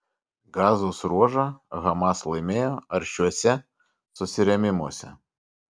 gazos ruožą hamas laimėjo aršiuose susirėmimuose